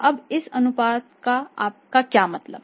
अब इस अनुपात से आपका क्या मतलब है